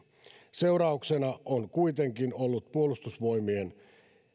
seurauksena on kuitenkin ollut puolustusvoimien